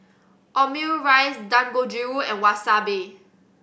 Omurice Dangojiru and Wasabi